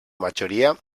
majoria